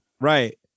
right